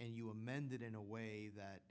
and you amended in a way that